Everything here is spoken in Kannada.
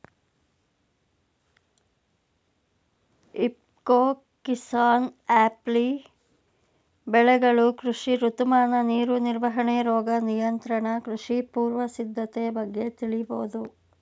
ಇಫ್ಕೊ ಕಿಸಾನ್ಆ್ಯಪ್ಲಿ ಬೆಳೆಗಳು ಕೃಷಿ ಋತುಮಾನ ನೀರು ನಿರ್ವಹಣೆ ರೋಗ ನಿಯಂತ್ರಣ ಕೃಷಿ ಪೂರ್ವ ಸಿದ್ಧತೆ ಬಗ್ಗೆ ತಿಳಿಬೋದು